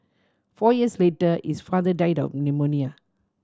four years later his father died of pneumonia